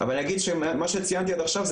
אבל אני אגיד שמה שציינתי עד עכשיו זה